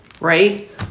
right